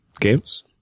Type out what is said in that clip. games